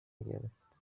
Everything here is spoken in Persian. گرفت